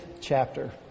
chapter